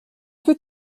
peu